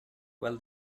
well